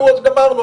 אז גמרנו,